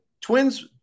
twins